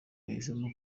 yahisemo